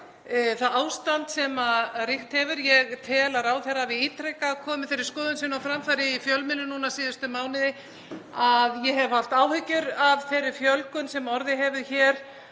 það ástand sem ríkt hefur. Ég tel að ráðherra hafi ítrekað komið þeirri skoðun sinni á framfæri í fjölmiðlum núna síðustu mánuði, ég hef haft áhyggjur af þeirri fjölgun sem orðið hefur hér